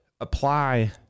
apply